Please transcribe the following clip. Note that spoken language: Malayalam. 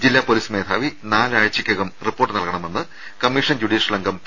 ജില്ലാ പൊലീസ് മേധാവി നാലാഴ്ചയ്ക്കകം റിപ്പോർട്ട് നൽകണമെന്ന് കമ്മീഷൻ ജുഡീഷ്യൽ അംഗം പി